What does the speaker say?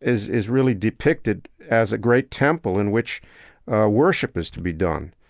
is, is really depicted as a great temple in which worship is to be done.